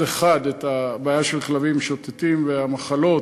אחד את הבעיה של הכלבים המשוטטים והמחלות.